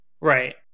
Right